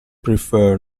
prefer